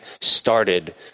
started